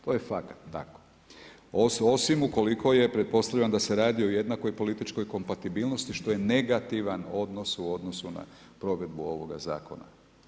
To je fakat tako, osim u koliko je pretpostavljam da se radi o jednakoj političkoj kompatibilnosti što je negativan odnos u odnosu na provedbu ovoga zakona.